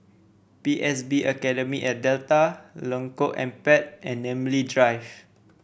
P S B Academy at Delta Lengkok Empat and Namly Drive